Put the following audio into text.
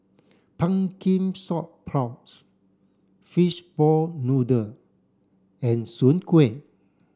pumpkin sauce prawns fishball noodle and Soon Kway